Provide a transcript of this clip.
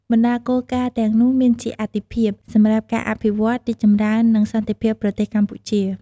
បណ្តាគោលការណ៍ទាំងនោះមានជាអាទិភាព សម្រាប់ការអភិវឌ្ឍ រីកចម្រើននិងសន្តិភាពប្រទេសកម្ពុជា។